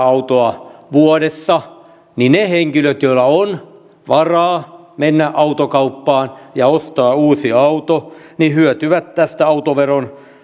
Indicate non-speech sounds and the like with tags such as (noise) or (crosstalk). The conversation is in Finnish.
(unintelligible) autoa vuodessa niin ne henkilöt joilla on varaa mennä autokauppaan ja ostaa uusi auto hyötyvät tästä autoveron